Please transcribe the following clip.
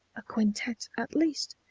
a quintette at least.